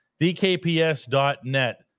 DKPS.net